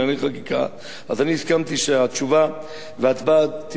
הסכמתי שהתשובה וההצבעה יהיו במועד מאוחר יותר.